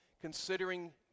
considering